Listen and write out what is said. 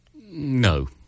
No